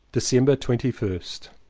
december twenty first.